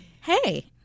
Hey